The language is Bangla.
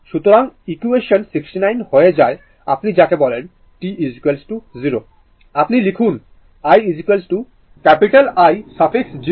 সুতরাং ইকুয়েসান 69 হয়ে যায় আপনি যাকে বলেন t 0 আপনি লিখুন i ক্যাপিটাল I সাফিক্স 0